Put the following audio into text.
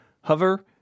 Hover